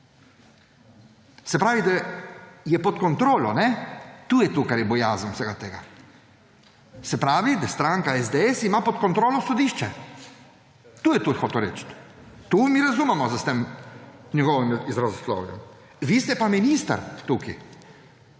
Se pravi, da je pod kontrolo. To je to, kar je bojazen vsega tega. Se pravi, da ima stranka SDS pod kontrolo sodišče. To je hotel reči. To mi razumemo pod tem njegovim izrazoslovjem. Vi ste pa minister tukaj.